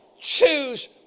choose